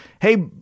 Hey